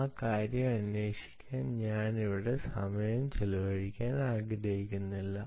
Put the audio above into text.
ആ കാര്യം അന്വേഷിക്കാൻ ഞാൻ അവിടെ സമയം ചെലവഴിക്കാൻ ആഗ്രഹിക്കുന്നില്ല